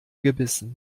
gebissen